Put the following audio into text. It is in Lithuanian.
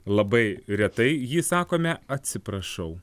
labai retai jį sakome atsiprašau